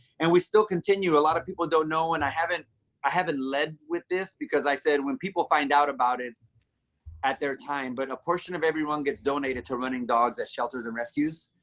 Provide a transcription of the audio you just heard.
and we still continue. a lot of people don't know. and i haven't i haven't led with this because i said when people find out about it at their time, but a portion of everyone gets donated to running dogs at shelters and rescues.